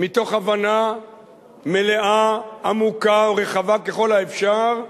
מתוך הבנה מלאה, עמוקה ורחבה ככל האפשר,